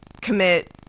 commit